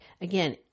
Again